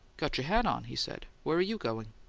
got your hat on, he said. where you going?